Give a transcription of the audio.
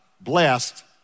blessed